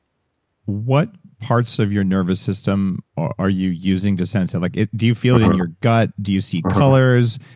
what parts of your nervous system are you using to sense and like it? do you feel it in your gut? do you see colors?